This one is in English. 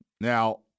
Now